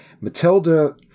Matilda